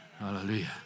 Hallelujah